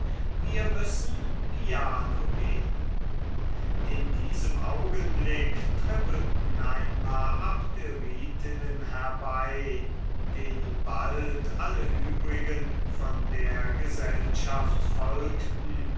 wir müssen piano gehn in diesem augenblick trippelten ein paar abderitinnen herbei denen bald alle übrigen von der gesellschaft folgten